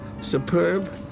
superb